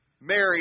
Mary